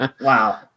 Wow